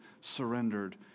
surrendered